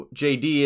jd